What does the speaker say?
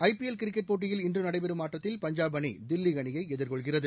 ஐ P L cricket போட்டியில் இன்று நடைபெறும் ஆட்டத்தில் பஞ்சாப் அணி தில்லி அணியை எதிர்கொள்கிறது